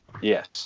Yes